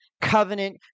covenant